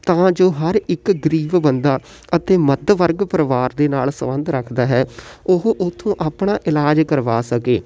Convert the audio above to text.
ਤਾਂ ਜੋ ਹਰ ਇੱਕ ਗਰੀਬ ਬੰਦਾ ਅਤੇ ਮੱਧ ਵਰਗ ਪਰਿਵਾਰ ਦੇ ਨਾਲ਼ ਸੰਬੰਧ ਰੱਖਦਾ ਹੈ ਉਹ ਉੱਥੋਂ ਆਪਣਾ ਇਲਾਜ ਕਰਵਾ ਸਕੇ